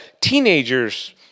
teenagers